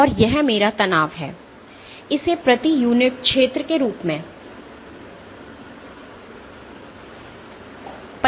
और यह मेरा तनाव है इसे प्रति यूनिट क्षेत्र के रूप में परिभाषित किया गया है